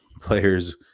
players